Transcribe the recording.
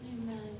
Amen